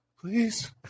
please